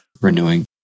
renewing